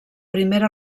primera